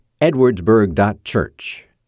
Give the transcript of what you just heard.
edwardsburg.church